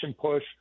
push